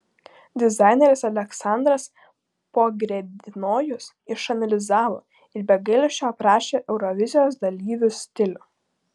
dizaineris aleksandras pogrebnojus išanalizavo ir be gailesčio aprašė eurovizijos dalyvių stilių